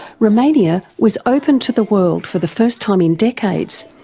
romania was opened to the world for the first time in decades,